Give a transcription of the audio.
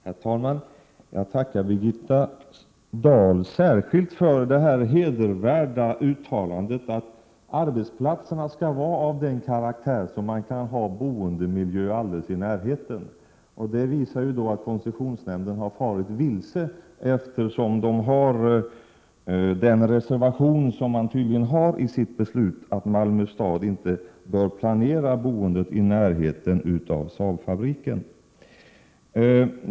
Herr talman! Jag tackar Birgitta Dahl särskilt för det hedervärda uttalandet att arbetsplatserna skall vara av sådan karaktär att man kan ha boendemiljö alldeles i närheten. Det visar ju att koncessionsnämnden har farit vilse, eftersom koncessionsnämnden tydligen har den reservationen i sitt beslut, att Malmö stad inte bör planera boende i närheten av Saabfabriken.